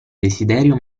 desiderio